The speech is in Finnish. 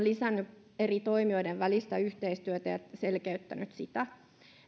lisännyt eri toimijoiden välistä yhteistyötä ja selkeyttänyt sitä